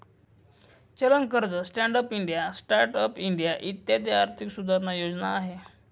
चलन कर्ज, stand up India, start up India इत्यादी आर्थिक सुधारणा योजना आहे